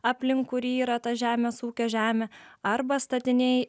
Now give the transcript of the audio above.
aplink kurį yra ta žemės ūkio žemė arba statiniai